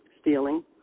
stealing